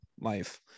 life